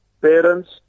parents